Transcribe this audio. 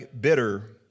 bitter